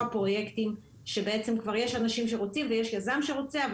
פרויקטים שבעצם כבר יש אנשים שרוצים ויש יזם שרוצה,